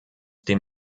dem